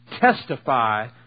testify